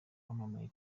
wamamaye